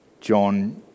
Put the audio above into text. John